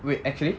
wait actually